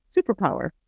superpower